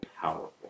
powerful